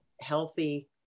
healthy